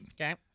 Okay